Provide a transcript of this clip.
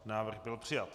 Návrh byl přijat.